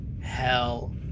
hell